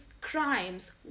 crimes